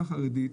החרדי.